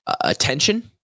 attention